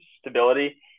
stability